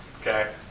Okay